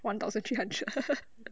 one thousand three hundred